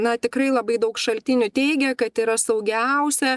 na tikrai labai daug šaltinių teigia kad yra saugiausia